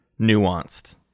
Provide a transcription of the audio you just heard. nuanced